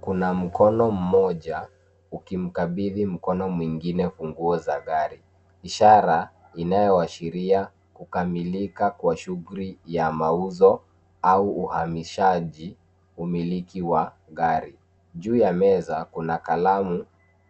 Kuna mkono mmoja ukimkabidhi mkono mwengine funguo za gari, ishara inayoashiria kukamilika kwa shughuli ya mauzo au uhamishaji umiliki wa gari. Juu ya meza kuna kalamu,